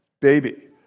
baby